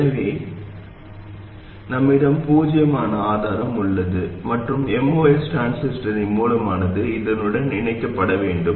எனவே என்னிடம் பூஜ்ஜியமான ஆதாரம் உள்ளது மற்றும் MOS டிரான்சிஸ்டரின் மூலமானது இதனுடன் இணைக்கப்பட வேண்டும்